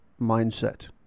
mindset